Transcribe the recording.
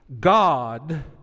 God